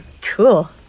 Cool